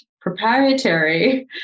proprietary